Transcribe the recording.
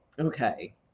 Okay